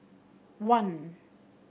one